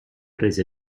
rese